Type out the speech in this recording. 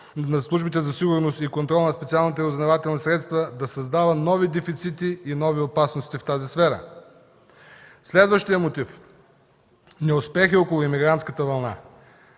над службите за сигурност и контрол на специалните разузнавателни средства да създава нови дефицити и нови опасности в тази сфера. Следващият мотив – неуспехи около имигрантската вълна.